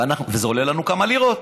וזה עולה לנו כמה לירות,